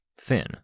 thin